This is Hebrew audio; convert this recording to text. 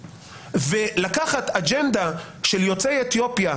לוקחים אג'נדה של יוצאי אתיופיה,